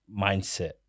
Mindset